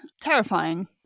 Terrifying